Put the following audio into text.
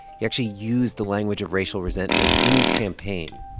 he actually used the language of racial resentment in his campaign.